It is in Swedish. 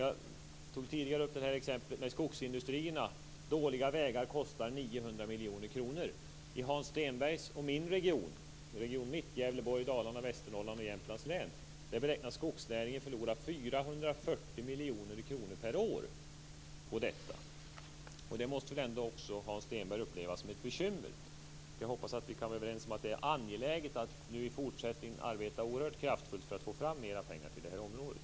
Jag tog tidigare upp exemplet med skogsindustrierna. Dåliga vägar kostar 900 miljoner kronor. I Hans miljoner kronor per år på detta. Det måste väl ändå Hans Stenberg uppleva som ett bekymmer? Jag hoppas att vi kan vara överens om att det är angeläget att nu i fortsättningen arbeta oerhört kraftfullt för att få fram mer pengar till detta område.